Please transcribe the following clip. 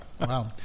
Wow